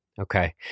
Okay